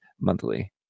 monthly